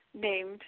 named